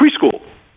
preschool